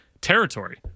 territory